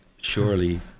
Surely